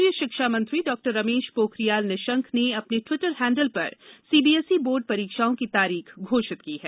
केंद्रीय शिक्षा मंत्री डॉ रमेश पोखरियाल निशंक ने अपने टिवटर हैंडल पर सीबीएसई बोर्ड परीक्षाओं की तारीख घोषित की है